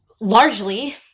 Largely